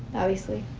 obviously.